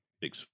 big